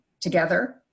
together